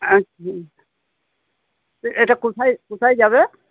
এটা কোথায় কোথায় যাবে